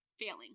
failing